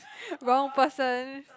wrong person